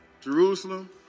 Jerusalem